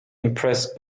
impressed